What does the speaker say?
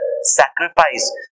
sacrifice